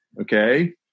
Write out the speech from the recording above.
Okay